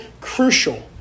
crucial